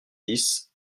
dix